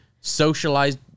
socialized